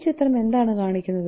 ഈ ചിത്രം എന്താണ് കാണിക്കുന്നത്